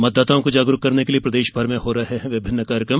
मतदाताओं को जागरुक करने के लिए प्रदेश भर में हो रहे हैं विभिन्न कार्यक्रम